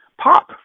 pop